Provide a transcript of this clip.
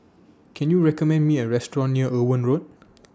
Can YOU recommend Me A Restaurant near Owen Road